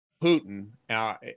Putin